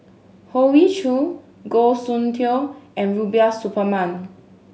Hoey Choo Goh Soon Tioe and Rubiah Suparman